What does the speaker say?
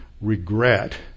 regret